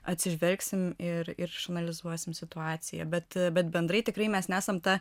atsižvelgsim ir ir išanalizuosim situaciją bet bet bendrai tikrai mes nesam ta